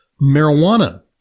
marijuana